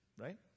Right